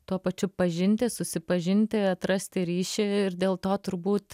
tuo pačiu pažinti susipažinti atrasti ryšį ir dėl to turbūt